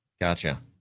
Gotcha